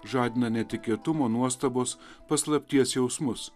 žadina netikėtumo nuostabos paslapties jausmus